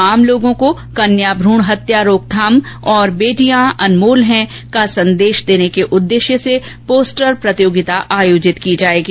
आम लोगों को कन्या भ्रण हत्या रोकथाम और बेटियां अनमोल हैं का संदेश देने के उद्देश्य से पोस्टर प्रतियोगिता आयोजित की जायेगी